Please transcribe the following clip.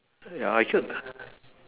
ya I killed a